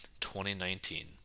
2019